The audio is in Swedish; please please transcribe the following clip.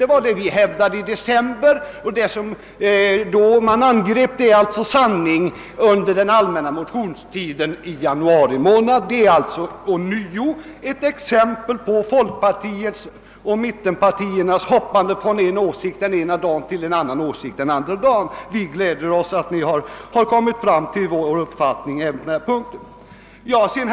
Detsamma hävdade vi i december, och det man då angrep hade alltså blivit sanning under den allmänna motionstiden i januari månad — ånyo ett exempel på mittenpartiernas hoppande från en åsikt den ena dagen till en annan åsikt nästa dag. Vi gläder oss åt att de nu har kommit fram till vår uppfattning även på denna punkt.